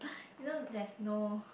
you know there's no